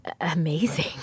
amazing